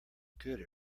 good